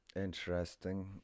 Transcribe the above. interesting